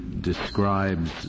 describes